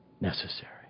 necessary